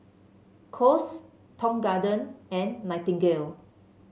Kose Tong Garden and Nightingale